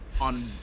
on